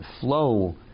flow